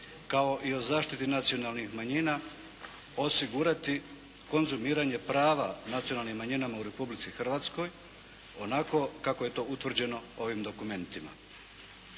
kao i o zaštiti nacionalnih manjina osigurati konzumiranje prava nacionalnim manjinama u Republici Hrvatskoj onako kako je to utvrđeno ovim dokumentima.